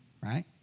right